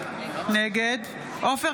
נגד עופר